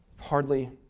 hardly